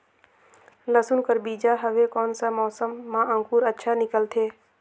लसुन कर बीजा हवे कोन सा मौसम मां अंकुर अच्छा निकलथे?